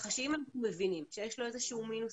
ככה שאם אנחנו מבינים שיש לו איזשהו מינוס